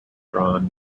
drawn